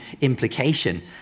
implication